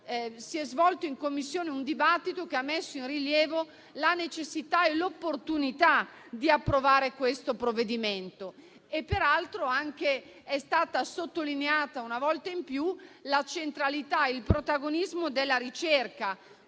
In Commissione si è svolto un dibattito che ha messo in rilievo la necessità e l'opportunità di approvare questo provvedimento. Peraltro, è stata sottolineata una volta di più la centralità e il protagonismo della ricerca